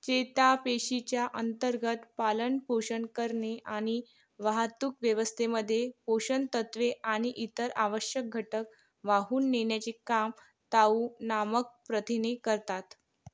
चेतापेशीच्या अंतर्गत पालनपोषण करणे आणि वाहतूक व्यवस्थेमध्ये पोषण तत्त्वे आणि इतर आवश्यक घटक वाहून नेण्याचे काम ताऊ नामक प्रथिने करतात